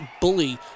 Bully